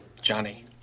Johnny